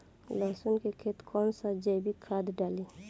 लहसुन के खेत कौन सा जैविक खाद डाली?